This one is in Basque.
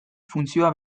funtzioa